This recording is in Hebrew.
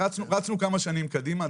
כן, רצנו כמה שנים קדימה.